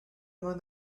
among